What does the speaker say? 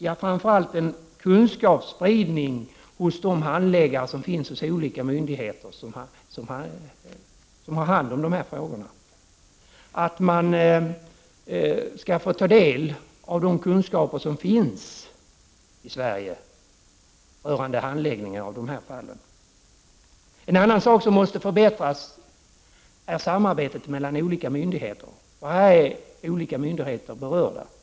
Jo, framför allt en kunskapsspridning hos de handläggare som finns hos olika myndigheter som har hand om de här frågorna. Man skall få ta del av de kunskaper som finns i Sverige rörande handläggning av de här fallen. En annan sak som måste förbättras är sambandet mellan olika myndigheter, och här är olika myndigheter berörda.